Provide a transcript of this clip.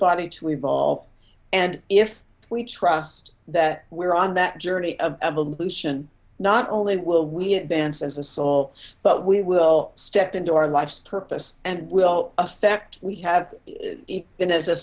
body to evolve and if we trust that we're on that journey of evolution not only will we have been says a soul but we will step into our life's purpose and will affect we have been as a